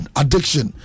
addiction